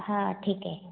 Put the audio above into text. हां ठीक आहे